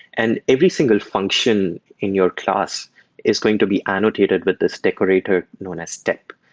and every single function in your class is going to be annotated with this decorator known as step.